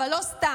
אבל לא סתם.